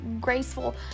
graceful